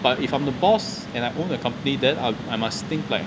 but if I'm the boss and I own a company then I must think like